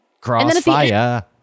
Crossfire